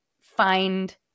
find